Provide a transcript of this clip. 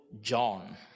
John